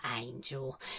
Angel